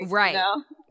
right